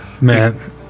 Man